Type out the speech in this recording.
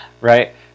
right